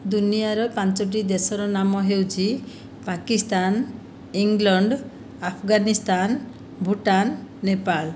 ଦୁନିଆଁର ପାଞ୍ଚଟି ଦେଶର ନାମ ହେଉଛି ପାକିସ୍ତାନ ଇଂଲଣ୍ଡ ଆଫଗାନିସ୍ତାନ ଭୁଟାନ ନେପାଳ